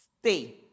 stay